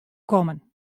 kommen